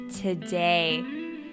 today